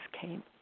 came